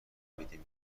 میدی